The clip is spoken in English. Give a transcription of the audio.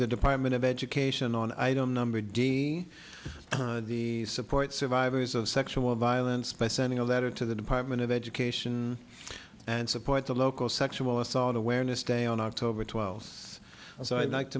the department of education on i don't number d the support survivors of sexual violence by sending a letter to the department of education and support the local sexual assault awareness day on october twelfth so i'd like to